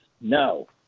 No